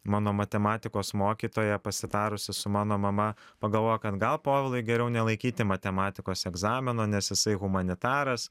mano matematikos mokytoja pasitarusi su mano mama pagalvojo kad gal povilai geriau nelaikyti matematikos egzamino nes jisai humanitaras